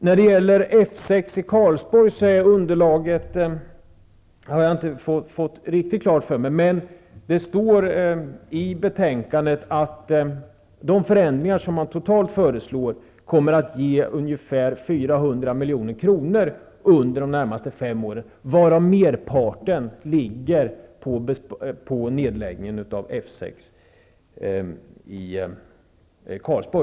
För att referera regeringens förslag när det gäller F 6 i Karlsborg står det i betänkandet att de förändringar som totalt föreslås kommer under de närmaste fem åren att ge ungefär 400 milj.kr., varav merparten ligger i nedläggningen av F 6.